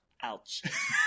Ouch